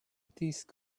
these